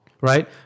Right